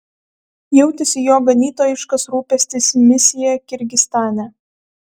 jautėsi jo ganytojiškas rūpestis misija kirgizstane